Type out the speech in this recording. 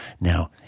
Now